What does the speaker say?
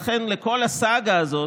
לכן, לכל הסאגה הזאת,